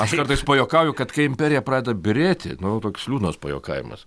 aš kartais pajuokauju kad kai imperija pradeda byrėti nu toks liūdnas pajuokavimas